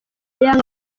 yanga